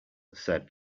said